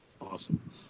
Awesome